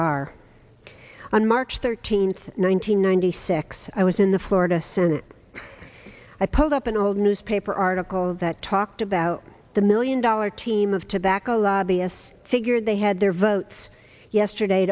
are on march thirteenth one hundred ninety six i was in the florida senate i pulled up an old newspaper article that talked about the million dollar team of tobacco lobbyist figured they had their votes yesterday